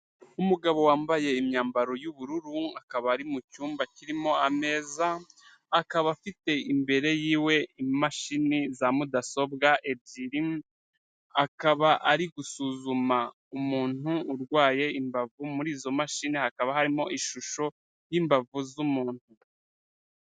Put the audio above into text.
Umugabo wambaye imyambaro y'ubururu, akaba ari mu cyumba kirimo ameza, akaba afite imbere yiwe imashini za mudasobwa ebyiri, akaba ari gusuzuma umuntu urwaye imbavu, muri izo mashini hakaba harimo ishusho y'imbavu z'umuntu.